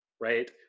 right